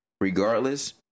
regardless